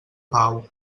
pau